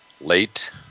late